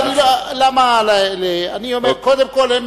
אני אומר: קודם כול,